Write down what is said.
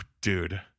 dude